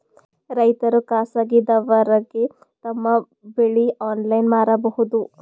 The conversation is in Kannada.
ರೈತರು ಖಾಸಗಿದವರಗೆ ತಮ್ಮ ಬೆಳಿ ಆನ್ಲೈನ್ ಮಾರಬಹುದು?